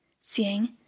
Seeing